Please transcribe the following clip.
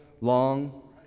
long